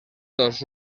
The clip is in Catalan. dos